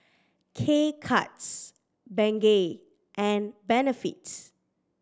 K Cuts Bengay and Benefit